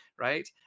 right